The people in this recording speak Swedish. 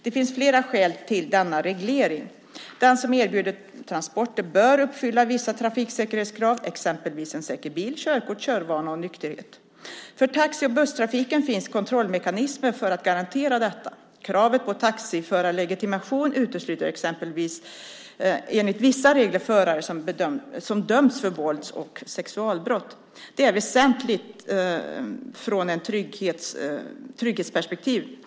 Det finns flera skäl till denna reglering. Den som erbjuder transporter bör uppfylla vissa trafiksäkerhetskrav, exempelvis en säker bil, körkort, körvana och nykterhet. För taxi och busstrafiken finns kontrollmekanismer för att garantera detta. Kravet på taxiförarlegitimation utesluter exempelvis enligt vissa regler förare som dömts för vålds och sexualbrott. Det är väsentligt från ett trygghetsperspektiv.